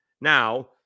Now